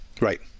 Right